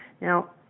Now